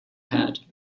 had